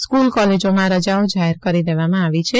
school કોલેજોમાં રજાઓ જાહેર કરી દેવામાં આવી છે